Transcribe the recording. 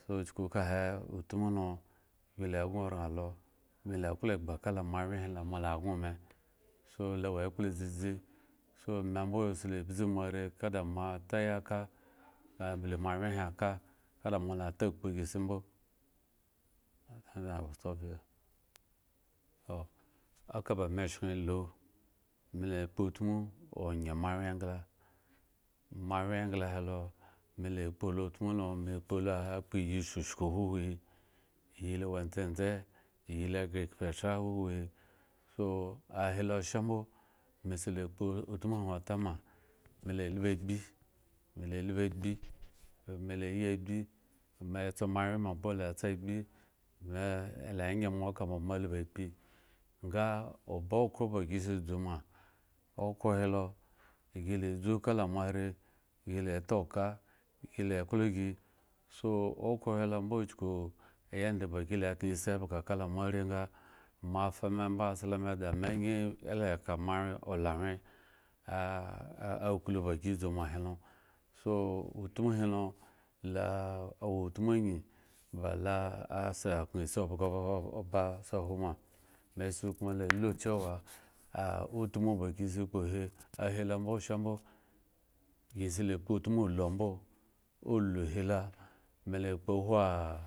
So chuku kahe utmu lo me la gŋoraŋ lo, me la klo egba moawyen helo mo la gŋo me, solo awo ekpla dzidzi so me mbo se la zu moare ka da moatayika, ambi moawyen he aka ka da moala takpu ghi si mbo mallami iwill stop here. toh akaba me sheŋ lu mela kpotmu oŋye moawyen gla moawyern engla helo me la kpo lo tmulo me kpo lo kpo iyi shushku huhuhi iyi lo wo ndzendze iyi lo ghre vekhpethra huhuhi so ahi lo sha mbo me la ekhpethra huhuhi so ahi lo sha mbo me la ibu agbi, me la ubu ahbi bume la yi agbi me tso moawyen mbo la tsa agbi me me lanye mo eka ba mo albu agbi nga ba okhro ba gi sa dzu ma, okhro helo a gila dzu kala moare gi la tauka, gila klo gi so okhro helo mbo chuku yanda ba gi la khren isi ebhga ka lamo are nga moafa me mbo asla me da me angyi la moa olawyen aa aklu ba gi dzuma helo so utmu hilo lo awotmu angyi ba lo se okhreŋ sibbbbbhga se hwo ma, me se komulu chewa ah utmu ba gi sekpohe ahi lo mbo sha mbo, gi se la kpotmu ulu ambo uluhilo mela kpohwa.